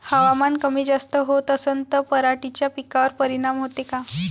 हवामान कमी जास्त होत असन त पराटीच्या पिकावर परिनाम होते का?